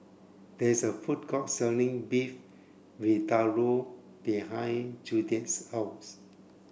there is a food court selling Beef Vindaloo behind Judie's house